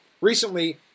recently